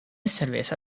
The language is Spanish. cerveza